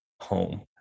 home